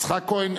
יצחק כהן.